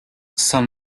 san